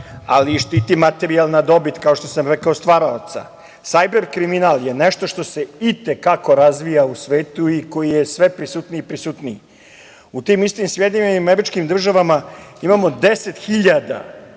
ali i štiti materijalna dobit, kao što sam rekao, stvaraoca. Sajber kriminal je nešto što se i te kako razvija u svetu i koji je sve prisutniji i prisutniji. U tim istim SAD imamo 10.000